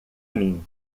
mim